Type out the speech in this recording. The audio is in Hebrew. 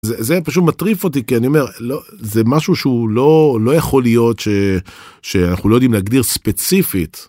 זה פשוט מטריף אותי כי אני אומר לא זה משהו שהוא לא לא יכול להיות שאנחנו יודעים להגדיר ספציפית.